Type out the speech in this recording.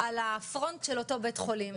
על הפרונט של אותו בית חולים,